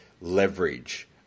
leverage